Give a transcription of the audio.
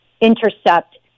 intercept